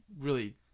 really-